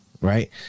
right